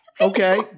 Okay